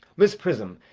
miss prism,